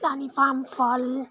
अनि फामफल